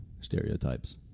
stereotypes